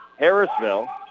Harrisville